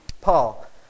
Paul